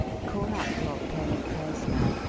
call up your plain-clothes man,